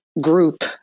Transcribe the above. group